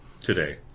today